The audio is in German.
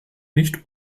nicht